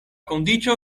kondiĉo